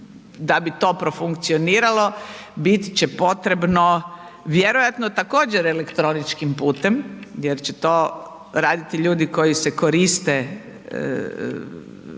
da bi to profunkcioniralo bit će potrebno vjerojatno također, elektroničkim putem, jer će to raditi ljudi koji se koriste